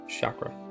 chakra